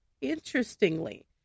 interestingly